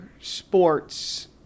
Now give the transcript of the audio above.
sports